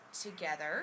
together